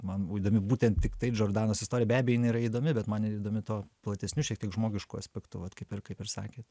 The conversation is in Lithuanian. man įdomi būtent tiktai džordanos istorija abejo jinai yra įdomi bet man yra įdomi tuo platesniu šiek tiek žmogišku aspektu vat kaip ir kaip ir sakėt